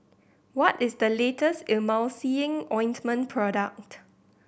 what is the latest Emulsying Ointment product